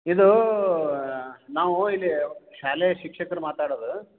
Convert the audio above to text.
ಇದು ನಾವು ಇಲ್ಲಿ ಶಾಲೆ ಶಿಕ್ಷಕರು ಮಾತಾಡೋದು